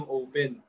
open